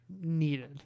needed